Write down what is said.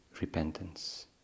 repentance